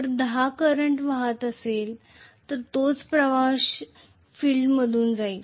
तर 10 करंट वाहत आहे तोच प्रवाह फील्डतून जाईल